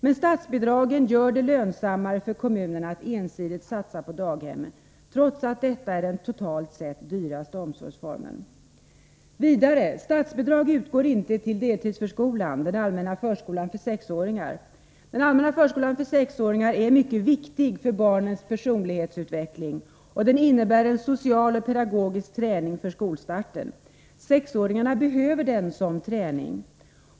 Men statsbidragen gör det lönsammare för kommunerna att ensidigt satsa på daghemmen, trots att detta är den totalt sett dyraste omsorgsformen. Vidare: Statsbidrag utgår inte till deltidsförskolan, den allmänna förskolan för sexåringar. Den allmänna förskolan för sexåringar är mycket viktig för barnens personlighetsutveckling, och den innebär en social och pedagogisk träning för skolstarten. Sexåringarna behöver den som träning.